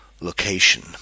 location